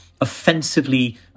offensively